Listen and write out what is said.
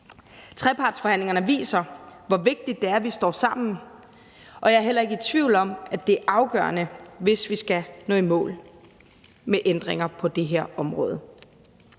Trepartsforhandlingerne viser, hvor vigtigt det er, at vi står sammen, og jeg er heller ikke i tvivl om, at det er afgørende, hvis vi skal nå i mål med ændringer på det her område.